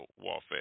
warfare